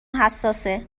حساسه